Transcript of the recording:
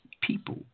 people